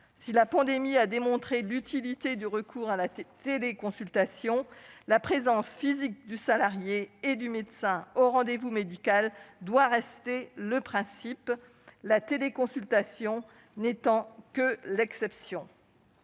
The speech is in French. Si la pandémie a démontré l'utilité du recours à la téléconsultation, la présence physique du salarié et du médecin au rendez-vous médical doit rester le principe, la téléconsultation ayant valeur d'exception.